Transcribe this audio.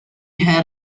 had